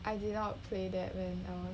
I did not play that when was